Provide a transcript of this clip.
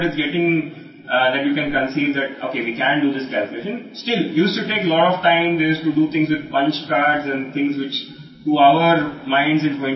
ఐదు అంతస్థుల భవనాన్ని కంప్యూటర్ ఆక్రమించడం కాదు ఇది చేయగలమని మీరు చూడవచ్చు